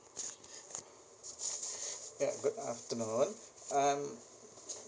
ya good afternoon um